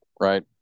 right